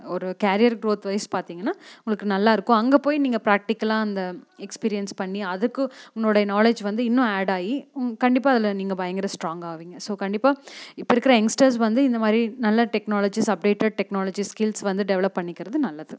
ஒரு career growth wise பார்த்திங்கன்னா உங்களுக்கு நல்லாயிருக்கும் அங்கே போய் நீங்கள் பிராக்டிக்கலாக அந்த எக்ஸ்பீரியன்ஸ் பண்ணி அதுக்கு உன்னோடைய நாலேஜ் வந்து இன்னும் ஆட் ஆகி உங் கண்டிப்பாக அதில் நீங்கள் பயங்கர ஸ்ட்ராங் ஆவிங்க ஸோ கண்டிப்பாக இப்போ இருக்கிற எங்ஸ்டர்ஸ் வந்து இந்த மாதிரி நல்ல டெக்னாலஜிஸ் அப்டேட்டட் டெக்னாலஜி ஸ்கில்ஸ் வந்து டெவலப் பண்ணிக்கிறது நல்லது